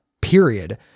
period